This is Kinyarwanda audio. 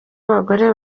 abagore